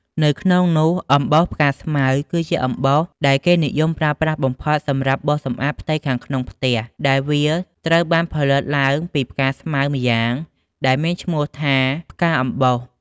នៅក្នុងនោះមាន អំបោសផ្កាស្មៅ គឺជាអំបោសដែលគេនិយមប្រើប្រាស់បំផុតសម្រាប់បោសសម្អាតផ្ទៃខាងក្នុងផ្ទះ ដែលវាត្រូវបានផលិតឡើងពីផ្កាស្មៅម្យ៉ាង ដែលមានឈ្មោះថាផ្កាអំបោស។